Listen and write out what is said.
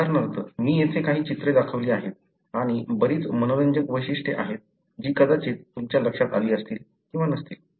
उदाहरणार्थ मी येथे काही चित्रे दाखवली आहेत आणि बरीच मनोरंजक वैशिष्ट्ये आहेत जी कदाचित तुमच्या लक्षात आली असतील किंवा नसतील